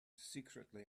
secretly